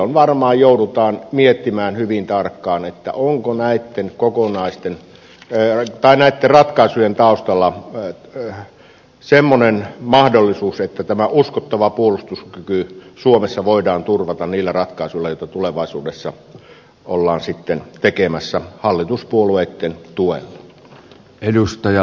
silloin varmaan joudutaan miettimään hyvin tarkkaan onko näitten ratkaisujen taustalla semmoinen mahdollisuus että uskottava puolustuskyky suomessa voidaan turvata niillä ratkaisuilla joita tulevaisuudessa ollaan sitten tekemässä hallituspuolueitten tuella